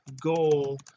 goal